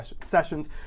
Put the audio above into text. sessions